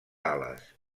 ales